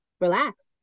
relax